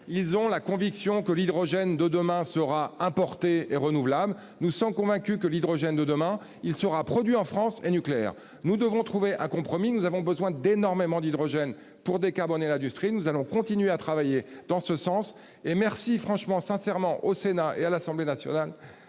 ils ont la conviction que l'hydrogène de demain sera importé et renouvelable. Nous sommes convaincus que l'hydrogène de demain, il sera produit en France est nucléaire. Nous devons trouver un compromis. Nous avons besoin d'énormément d'hydrogène pour décarboner l'industrie. Nous allons continuer à travailler dans ce sens et merci, franchement, sincèrement au Sénat et à l'Assemblée nationale